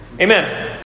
Amen